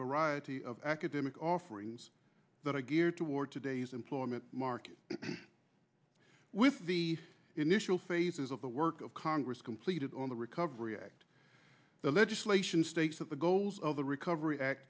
variety of academic offerings that are geared toward today's employment market with the initial phases of the work of car risk completed on the recovery act the legislation states that the goals of the recovery act